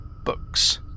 books